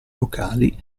locali